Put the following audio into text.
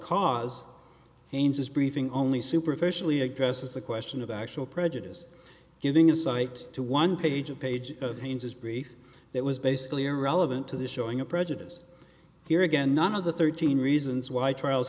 cause haynes's briefing only superficially addresses the question of actual prejudice giving a cite to one page a page of haynes's brief that was basically irrelevant to the showing of prejudice here again none of the thirteen reasons why trials